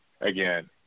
again